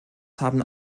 haben